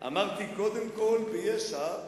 אמרתי: קודם כול ביש"ע.